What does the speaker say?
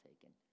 taken